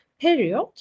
period